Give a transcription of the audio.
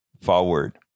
forward